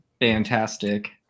fantastic